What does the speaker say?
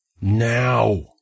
Now